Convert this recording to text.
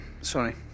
sorry